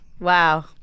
Wow